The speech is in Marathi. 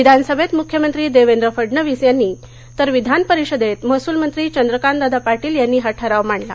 विधानसभेत मुख्यमंत्री देवेंद्र फडणविस यांनी तर विधानपरिषदेत महसूल मंत्री चंद्रकंतदादा पाटील यांनी हा ठराव मांडला